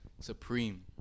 supreme